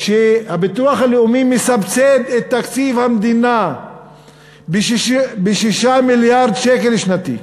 שהביטוח הלאומי מסבסד את תקציב המדינה ב-6 מיליארד שקל שנתי.